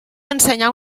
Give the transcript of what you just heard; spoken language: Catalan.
ensenyar